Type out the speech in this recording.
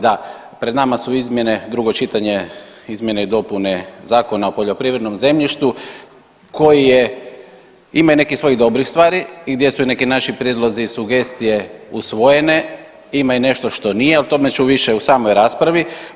Da, pred nama su izmjene, drugo čitanje, izmjene i dopune Zakona o poljoprivrednom zemljištu koji je ima i nekih svojih dobrih stvari i gdje su i neki naši prijedlozi i sugestije usvojene, ima i nešto što nije, o tome ću više u samoj raspravi.